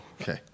Okay